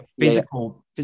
physical